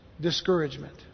discouragement